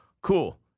cool